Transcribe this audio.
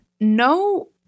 no